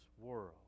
world